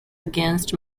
against